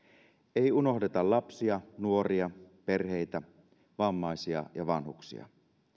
ei unohdeta lapsia nuoria perheitä vammaisia ja vanhuksia